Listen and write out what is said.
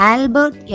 Albert